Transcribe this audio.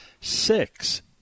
Six